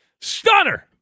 Stunner